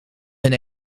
een